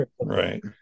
right